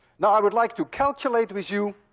now i would like to calculate with you